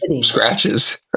Scratches